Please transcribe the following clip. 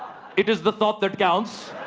it is the thought that counts.